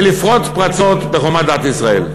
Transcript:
ולפרוץ פרצות בחומת דת ישראל.